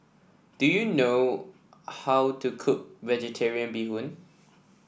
do you know how to cook vegetarian Bee Hoon